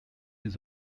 his